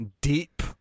deep